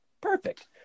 Perfect